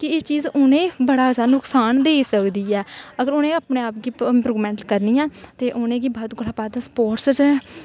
कि एह्ची ज़ उनेंगी बड़ा जादा नुकसान देई सकदी ऐ अगर उनेंगी अपने आप गी इंप्रूवमैंट करनी ऐ ते उनेंगी बध्द कोला दा बध्दा स्पोटस च